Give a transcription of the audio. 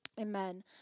Amen